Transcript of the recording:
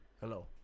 Hello